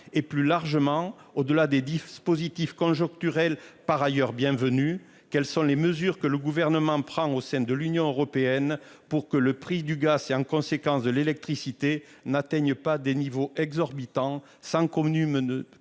et plus largement au delà des dispositifs conjoncturel par ailleurs bienvenue. Quelles sont les mesures que le gouvernement prend au sein de l'Union européenne pour que le prix du gaz et, en conséquence de l'électricité n'atteignent pas des niveaux exorbitants 5 convenu ne